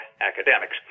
academics